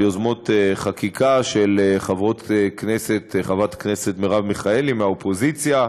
על יוזמות חקיקה של חברת הכנסת מרב מיכאלי מהאופוזיציה,